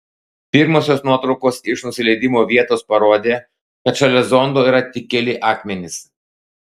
pirmosios nuotraukos iš nusileidimo vietos parodė kad šalia zondo yra tik keli akmenys